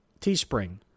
Teespring